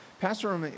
Pastor